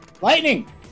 Lightning